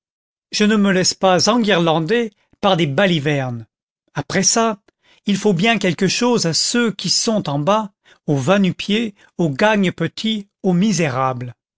je ne me laisse pas enguirlander par des balivernes après ça il faut bien quelque chose à ceux qui sont en bas aux va-nu-pieds aux gagne petit aux misérables